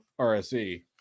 RSE